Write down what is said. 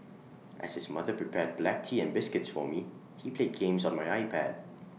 as his mother prepared black tea and biscuits for me he played games on my iPad